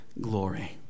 glory